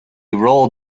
rolled